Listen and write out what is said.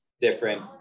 different